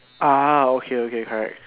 ah okay okay correct